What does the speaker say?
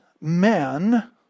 men